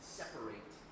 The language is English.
separate